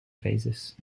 basis